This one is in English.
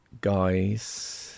guys